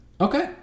Okay